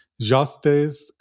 justice